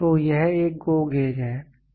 तो यह एक GO गेज है